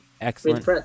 excellent